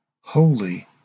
Holy